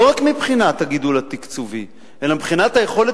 לא רק מבחינת הגידול התקציבי אלא מבחינת היכולת